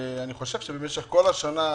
אני חושב שבמשך כל השנה,